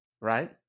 right